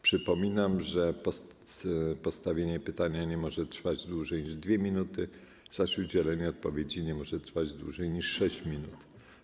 Przypominam, że postawienie pytania nie może trwać dłużej niż 2 minuty, zaś udzielenie odpowiedzi nie może trwać dłużej niż 6 minut.